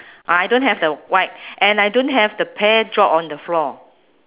I don't have the white and I don't have the pear drop on the floor